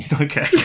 Okay